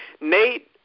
Nate –